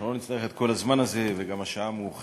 אנחנו לא נצטרך את כל הזמן הזה, וגם השעה מאוחרת.